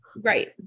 right